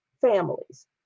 families